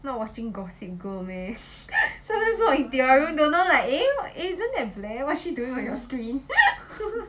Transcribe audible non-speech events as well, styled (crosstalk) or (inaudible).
not watching gossip girl meh (laughs) sometimes walk into your room don't know like eh isn't that blair what is she doing on your screen